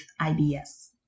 IBS